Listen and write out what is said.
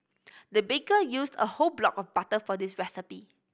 the baker used a whole block of butter for this recipe